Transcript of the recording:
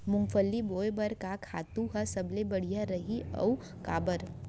मूंगफली बोए बर का खातू ह सबले बढ़िया रही, अऊ काबर?